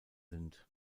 sind